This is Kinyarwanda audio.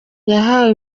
yahawe